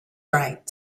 right